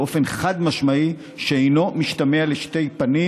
באופן חד-משמעי שאינו משתמע לשתי פנים,